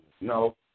No